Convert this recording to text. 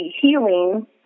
healing